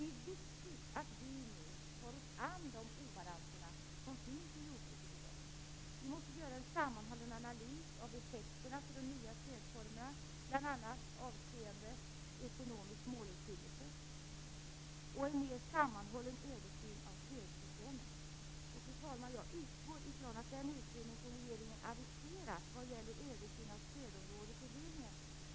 I jordbruksstatistiken för 1996 kan man läsa att antalet jordbruk minskar snabbt medan däremot antalet väldigt stora jordbruk ökat i antal. Storskaliga jordbruk med spannmål har vind i seglen, medan mindre brukningsenheter eller jordbruk med främst djurbesättningar har det kärvare. Sammantaget har dock jordbruket blivit en bransch som vunnit på EU medlemskapet, även om obalanserna inom kollektivet är väldigt stora.